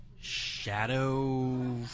Shadow